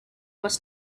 was